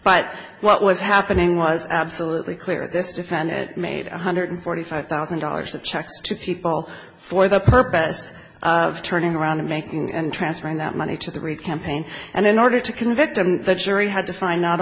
but what was happening was absolutely clear this defendant made one hundred forty five thousand dollars checks to people for the purpose of turning around and making and transferring that money to the great campaign and in order to convict him the jury had to find not